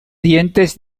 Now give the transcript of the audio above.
dientes